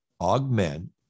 augment